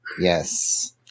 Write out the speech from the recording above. Yes